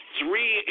three